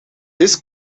this